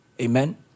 Amen